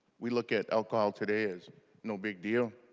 we look at alcohol today is no big deal.